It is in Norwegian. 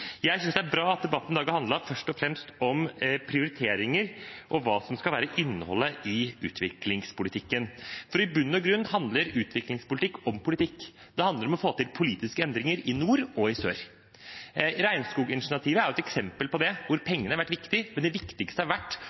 Jeg synes det er bra at debatten i dag først og fremst har handlet om prioriteringer og hva som skal være innholdet i utviklingspolitikken, for i bunn og grunn handler utviklingspolitikk om politikk. Det handler om å få til politiske endringer i nord og i sør. Regnskoginitiativet er et eksempel på det, hvor pengene har vært viktig, men det viktigste har vært